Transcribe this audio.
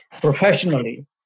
professionally